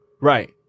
Right